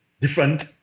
different